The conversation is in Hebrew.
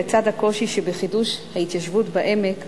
לצד הקושי שבחידוש ההתיישבות בעמק,